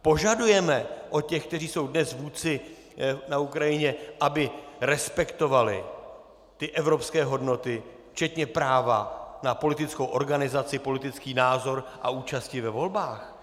Požadujeme od těch, kteří jsou dnes vůdci na Ukrajině, aby respektovali evropské hodnoty včetně práva na politickou organizaci, politický názor a účasti ve volbách?